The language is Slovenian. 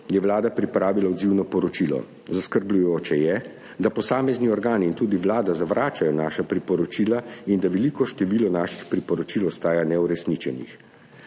je Vlada pripravila odzivno poročilo. Zaskrbljujoče je, da posamezni organi in tudi Vlada zavračajo naša priporočila in da veliko število naših priporočil ostaja neuresničenih.